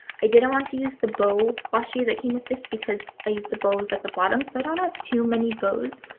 i didn't want to use the bow washi that came with this because i used the bows at the bottom so i don't have too many bows,